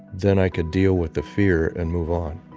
then i could deal with the fear and move on.